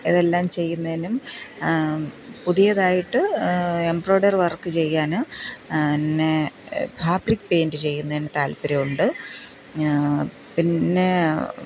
ഇതെല്ലാം ചെയ്യുന്നതിനും പുതിയതായിട്ട് എബ്രോഡറി വര്ക്ക് ചെയ്യാനും പിന്നെ ഹാഹ്ബ്രിക് പെയിന്റ് ചെയ്യുന്നതിനും താല്പ്പര്യം ഉണ്ട് പിന്നെ